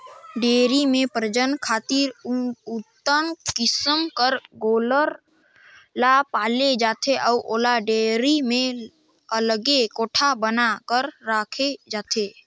dairy में प्रजनन खातिर उन्नत किसम कर गोल्लर ल पाले जाथे अउ ओला डेयरी में अलगे कोठा बना कर राखे जाथे